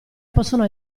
possono